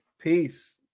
peace